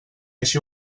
així